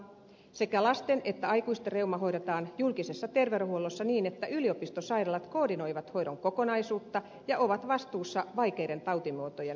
sekä lasten että aikuisten reuma hoidetaan julkisessa terveydenhuollossa niin että yliopistosairaalat koordinoivat hoidon kokonaisuutta ja ovat vastuussa vaikeiden tautimuotojen hoitamisesta